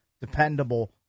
dependable